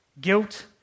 guilt